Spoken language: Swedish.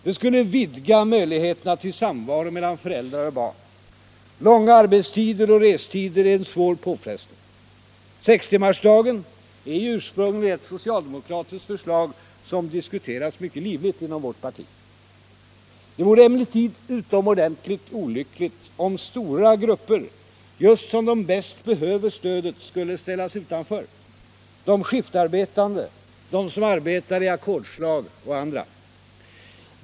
Det skulle vidga möjligheterna till samvaro mellan föräldrar och barn. Långa arbetstider och restider innebär för många en svår påfrestning. Sextirnmarsdagen är ursprungligen ett socialdemokratiskt förslag som diskuterats mycket livligt inom vårt parti. Det vore emellertid utomordentligt olyckligt om stora grupper, just de som bäst behöver stödet, skulle ställas utanför — de skiftarbetande, de som arbetar i ackordslag och andra.